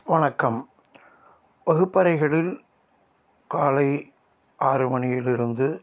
வணக்கம் வகுப்பறைகளில் காலை ஆறு மணியிலிருந்து